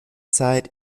zeit